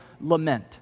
lament